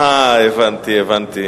אה, הבנתי, הבנתי.